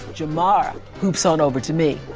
jamara hoops on over to me.